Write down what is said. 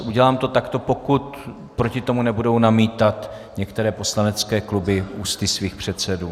Udělám to takto, pokud proti tomu nebudou namítat některé poslanecké kluby ústy svých předsedů.